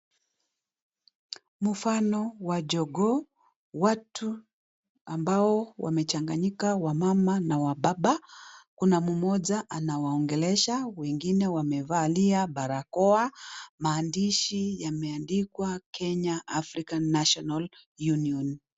Mfano wa jogoo, watu ambao wamechanganyika wamama na wababa, kuna mmoja anawaongelesha, wengine wamevalia barakoa. Maandishi yameandikwa, Kenya African National Union .